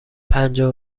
پجاه